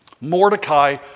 Mordecai